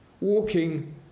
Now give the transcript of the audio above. Walking